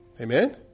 Amen